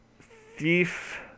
Thief